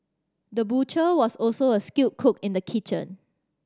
the butcher was also a skilled cook in the kitchen